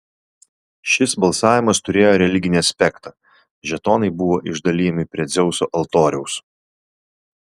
šis balsavimas turėjo religinį aspektą žetonai buvo išdalijami prie dzeuso altoriaus